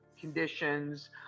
conditions